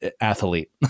athlete